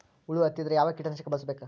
ಹುಳು ಹತ್ತಿದ್ರೆ ಯಾವ ಕೇಟನಾಶಕ ಬಳಸಬೇಕ?